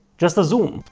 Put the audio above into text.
just a zoom.